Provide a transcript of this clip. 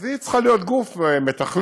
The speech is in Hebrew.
אז היא צריכה להיות גוף מתכלל,